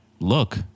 Look